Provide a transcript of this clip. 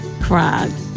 cried